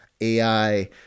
AI